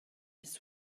his